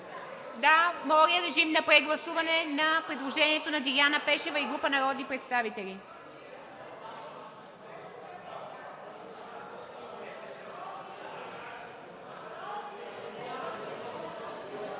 Да. Моля, режим на прегласуване на предложението на Деляна Пешева и група народни представители.